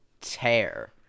tear